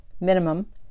minimum